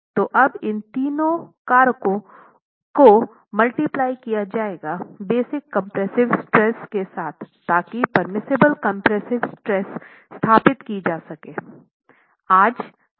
तो अब इन तीन कारकों को मल्टीप्लाई किया जायेगा बेसिक कंप्रेसिव स्ट्रेस के साथ ताकि परमिसिबल कंप्रेसिव स्ट्रेस स्थापित की जा सके